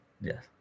Yes